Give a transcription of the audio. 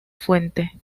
fuente